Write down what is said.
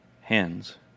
hands